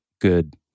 good